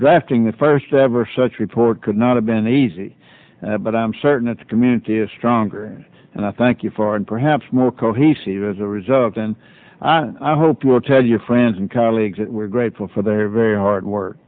grafting the first ever such report could not have been easy but i'm certain it's community is stronger and i thank you for and perhaps more cohesive as a result and i hope you will tell your friends and colleagues that we are grateful for their very hard work